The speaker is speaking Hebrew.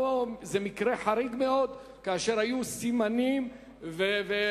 זה מקרה חריג מאוד, כאשר היו סימנים וטביעות